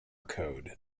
code